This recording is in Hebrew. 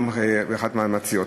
גם אחת המציעות.